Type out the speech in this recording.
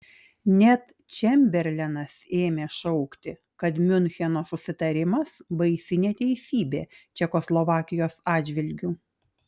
net čemberlenas ėmė šaukti kad miuncheno susitarimas baisi neteisybė čekoslovakijos atžvilgiu